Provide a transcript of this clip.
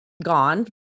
Gone